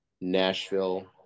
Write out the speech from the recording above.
Nashville